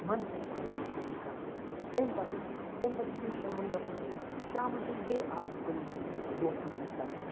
مَنہٕ سۭتۍ پَنٕنۍ سۄ کٲم کَران تمہِ پَتہٕ تمہِ پَتہٕ یُس أسۍ شام گژھان چھِ شامَن چھِ أسۍ بیٚیہِ اَکھ زٕ کِلوٗمیٖٹَر دوستَن سۭتۍ پَکان